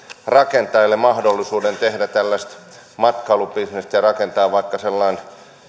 rakentajalle mahdollisuuden tehdä matkailubisnestä ja rakentaa vaikka sellainen